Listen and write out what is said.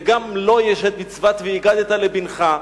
וגם לו יש את מצוות "והגדת לבנך",